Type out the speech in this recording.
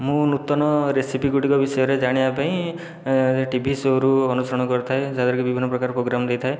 ମୁଁ ନୂତନ ରେସିପିଗୁଡ଼ିକ ବିଷୟରେ ଜାଣିବା ପାଇଁ ଟିଭି ସୋ'ରୁ ଅନୁସରଣ କରିଥାଏ ଯାହା ଦ୍ବାରାକି ବିଭିନ୍ନ ପ୍ରକାର ପ୍ରୋଗ୍ରାମ୍ ଦେଇଥାଏ